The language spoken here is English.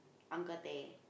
uncle teh